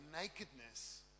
nakedness